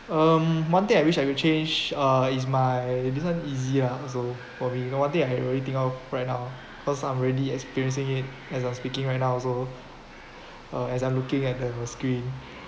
um one thing I wish I could change uh is my this one easy lah also for me the one thing that I already think of right now cause I'm already experiencing it as I speaking right now also uh as I'm looking at the screen